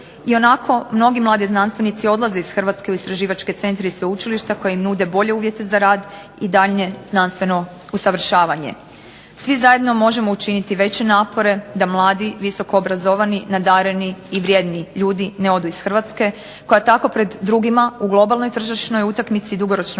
Ionako mnogi mladi znanstvenici odlaze iz Hrvatske u istraživačke centre i sveučilišta koja im nude bolje uvjete za rad i daljnje znanstveno usavršavanje. Svi zajedno možemo učiniti veće napore da mladi, visoko obrazovani, nadareni i vrijedni ljudi ne odu iz Hrvatske koja tako pred drugima u globalnoj tržišnoj utakmici dugoročno